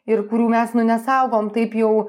ir kurių mes nu nesaugom taip jau